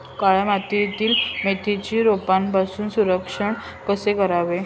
काळ्या मातीतील मेथीचे रोगापासून संरक्षण कसे करावे?